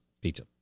pizza